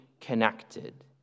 connected